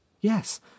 Yes